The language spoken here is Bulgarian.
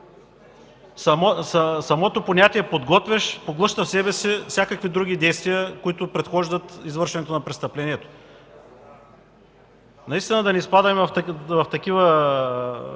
Самото понятие „подготвяш” поглъща в себе си всякакви други действия, които предхождат извършването на престъплението. Да не изпадаме в такива